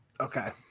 Okay